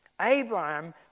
Abraham